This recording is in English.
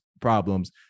problems